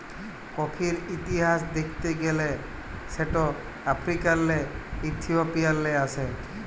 কফির ইতিহাস দ্যাখতে গ্যালে সেট আফ্রিকাল্লে ইথিওপিয়াল্লে আস্যে